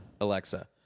Alexa